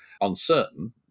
uncertain